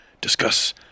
discuss